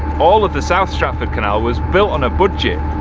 all of the south stratford canal was built on a budget.